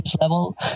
level